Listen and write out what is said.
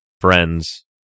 Friends